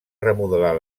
remodelar